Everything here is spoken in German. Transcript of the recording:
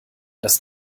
dass